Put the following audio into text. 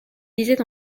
disait